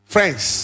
Friends